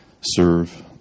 serve